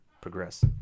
progress